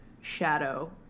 shadow